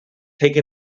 take